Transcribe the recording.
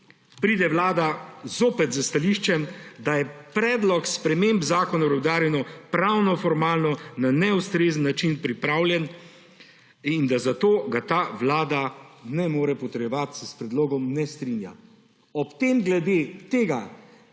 pride Vlada zopet s stališčem, da je predlog sprememb Zakona o rudarjenju pravnoformalno na neustrezen način pripravljen in da ga zato ta vlada ne more potrjevati in se s predlogom ne strinja. Ob tem glede tega